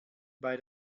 bei